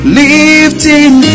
lifting